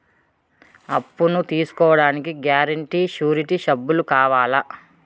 అప్పును తీసుకోడానికి guarantee, surety సభ్యులు కావాలా?